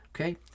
Okay